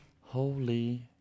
Holy